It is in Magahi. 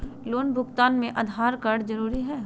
लोन भुगतान में आधार कार्ड जरूरी है?